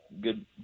good